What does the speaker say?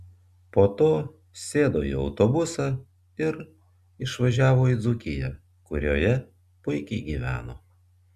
po to sėdo į autobusą ir išvažiavo į dzūkiją kurioje puikiai gyveno